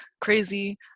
crazy